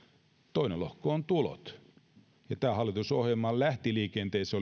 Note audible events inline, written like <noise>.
toinen lohko on tulot ja tämä hallitusohjelmahan lähti liikenteeseen <unintelligible>